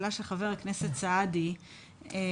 חבר הכנסת סעדי,